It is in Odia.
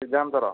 ସିଦ୍ଧାନ୍ତର